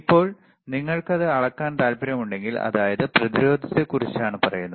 ഇപ്പോൾ നിങ്ങൾക്കത് അളക്കാൻ താൽപ്പര്യമുണ്ടെങ്കിൽ അതായത് പ്രതിരോധത്തെക്കുറിച്ചാണ് പറയുന്നത്